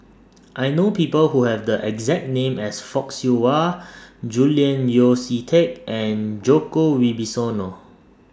I know People Who Have The exact name as Fock Siew Wah Julian Yeo See Teck and Djoko Wibisono